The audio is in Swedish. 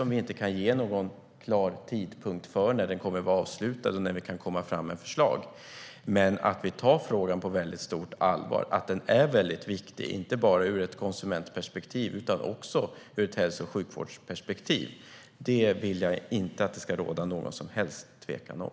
Vi kan inte ge någon klar tidpunkt för när den kommer att vara avslutad och när vi kan komma fram med förslag. Men vi tar frågan på stort allvar, och den är väldigt viktig - inte bara ur ett konsumentperspektiv utan också ur ett hälso och sjukvårdsperspektiv. Det vill jag inte att det ska råda någon som helst tvekan om.